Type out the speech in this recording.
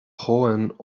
hohen